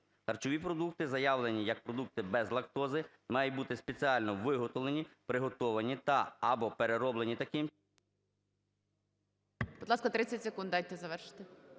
"Харчові продукти, заявлені як продукти без лактози, мають бути спеціально виготовлені, приготовані та/або перероблені таким…"